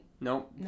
Nope